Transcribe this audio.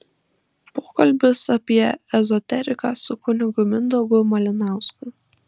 pokalbis apie ezoteriką su kunigu mindaugu malinausku